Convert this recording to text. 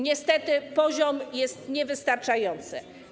Niestety, poziom jest niewystarczający.